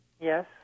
Yes